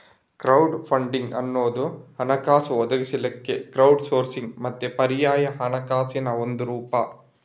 crowd funding ಅನ್ನುದು ಹಣಕಾಸು ಒದಗಿಸ್ಲಿಕ್ಕೆ ಕ್ರೌಡ್ ಸೋರ್ಸಿಂಗ್ ಮತ್ತೆ ಪರ್ಯಾಯ ಹಣಕಾಸಿನ ಒಂದು ರೂಪ